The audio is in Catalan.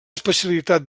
especialitat